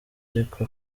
ariko